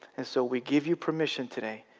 and so we give you permission today,